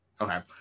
okay